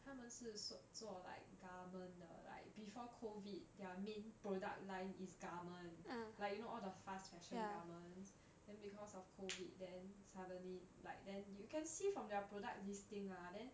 他们是做做 like garment 的 like before COVID their main product line is garment like you know all the fast fashion garment then because of COVID then suddenly like then you can see from their product listing lah then